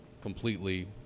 completely